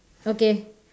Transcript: okay